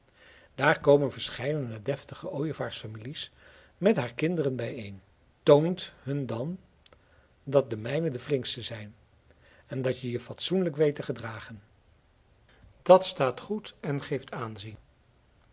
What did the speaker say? daar komen verscheidene deftige ooievaarsfamilies met haar kinderen bijeen toont hun dan dat de mijne de flinkste zijn en dat je je fatsoenlijk weet te gedragen dat staat goed en geeft aanzien